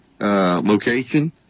location